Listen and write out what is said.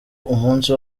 umunsi